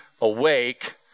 awake